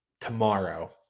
Tomorrow